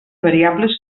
variables